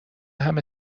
همه